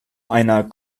einer